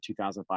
2005